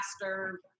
faster